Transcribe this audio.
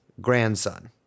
grandson